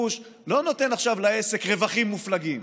לא נותן עכשיו לעסק רווחים מופלגים,